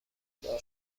دار